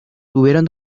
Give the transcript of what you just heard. tuvieron